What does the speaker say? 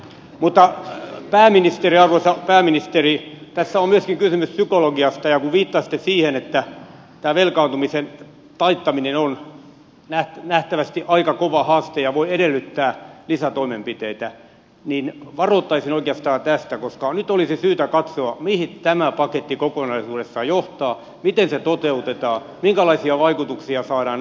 mutta arvoisa pääministeri tässä on myöskin kysymys psykologiasta ja kun viittasitte siihen että tämä velkaantumisen taittaminen on nähtävästi aika kova haaste ja voi edellyttää lisätoimenpiteitä niin varoittaisin oikeastaan tästä koska nyt olisi syytä katsoa mihin tämä paketti kokonaisuudessaan johtaa miten se toteutetaan minkälaisia vaikutuksia saadaan aikaan